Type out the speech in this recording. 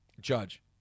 Judge